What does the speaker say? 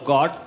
God